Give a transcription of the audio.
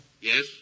Yes